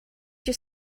your